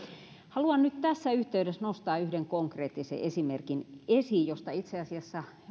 haluan nyt tässä yhteydessä nostaa yhden konkreettisen esimerkin esiin josta itse asiassa